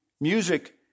Music